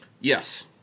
yes